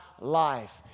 life